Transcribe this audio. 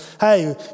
hey